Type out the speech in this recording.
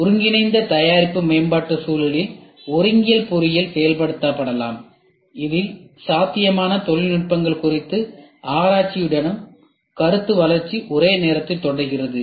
ஒருங்கிணைந்த தயாரிப்பு மேம்பாட்டு சூழலில் ஒருங்கியல் பொறியியல் செயல்படுத்தப்படலாம் இதில் சாத்தியமான தொழில்நுட்பங்கள் குறித்த ஆராய்ச்சியுடன் கருத்து வளர்ச்சி ஒரே நேரத்தில் தொடர்கிறது